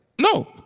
no